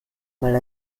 mal